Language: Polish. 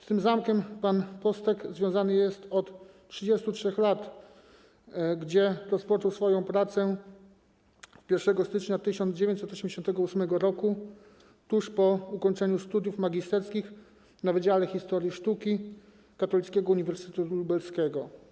Z tym zamkiem pan Postek związany jest od 33 lat, gdzie rozpoczął swoją pracę 1 stycznia 1988 r., tuż po ukończeniu studiów magisterskich na wydziale historii sztuki Katolickiego Uniwersytetu Lubelskiego.